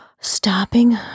Stopping